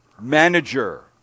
manager